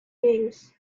games